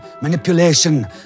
manipulation